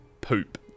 poop